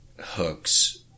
hooks